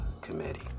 Committee